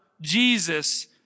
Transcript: Jesus